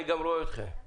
אני גם רואה אתכם.